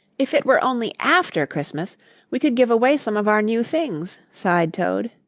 if it were only after christmas we could give away some of our new things, sighed toad.